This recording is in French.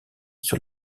sur